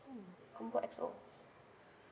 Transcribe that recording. mm combo X_O